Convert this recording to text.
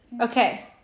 Okay